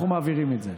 אנחנו מעבירים את זה.